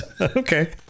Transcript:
Okay